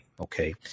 Okay